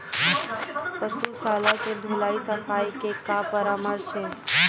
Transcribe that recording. पशु शाला के धुलाई सफाई के का परामर्श हे?